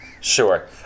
Sure